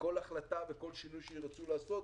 וכל החלטה וכל שינוי שירצו לעשות,